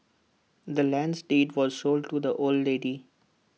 the land's deed was sold to the old lady